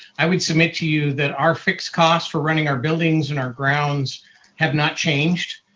i would submit to you that our fixed costs for running our buildings and our grounds have not changed.